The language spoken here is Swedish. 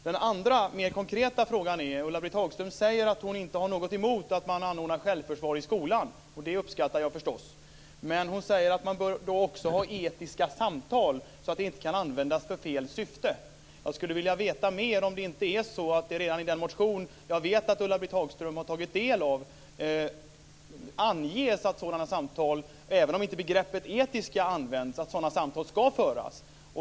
Den andra, mer konkreta frågan: Ulla-Britt Hagström säger att hon inte har något emot att man anordnar självförsvar i skolan. Det uppskattar jag förstås. Men hon säger att man också bör ha etiska samtal så att det inte kan användas i fel syfte. Jag skulle vilja veta om det inte är så att det redan i den motion som jag vet att Ulla-Britt Hagström har tagit del av anges att sådana samtal, även om inte begreppet etiska används, ska föras.